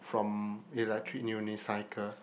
from electric unicycle